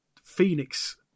Phoenix